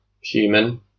Human